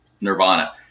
Nirvana